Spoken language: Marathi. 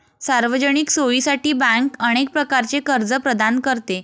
सार्वजनिक सोयीसाठी बँक अनेक प्रकारचे कर्ज प्रदान करते